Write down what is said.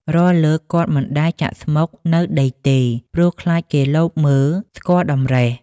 រាល់លើកគាត់មិន ដែលហ៊ានចាក់ស្មុគនៅដីទេ ព្រោះខ្លាចគេលបមើលស្គាល់តម្រិះ។